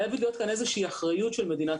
חייבת להיות כאן איזושהי אחריות של מדינת